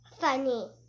funny